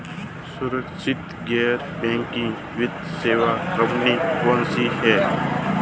सुरक्षित गैर बैंकिंग वित्त सेवा कंपनियां कौनसी हैं?